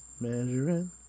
Measuring